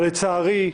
אבל, לצערי,